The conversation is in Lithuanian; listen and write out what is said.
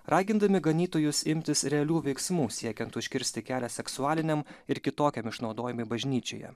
ragindami ganytojus imtis realių veiksmų siekiant užkirsti kelią seksualiniam ir kitokiam išnaudojimui bažnyčioje